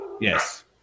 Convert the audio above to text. Yes